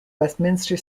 westminster